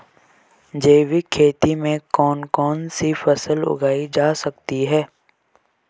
जैविक खेती में कौन कौन सी फसल उगाई जा सकती है?